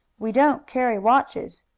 we don't carry watches.